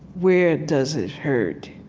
where does it hurt?